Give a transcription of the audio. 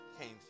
came